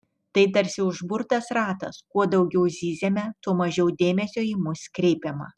tai tarsi užburtas ratas kuo daugiau zyziame tuo mažiau dėmesio į mus kreipiama